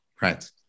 right